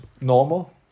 normal